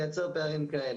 לייצר פערים כאלה.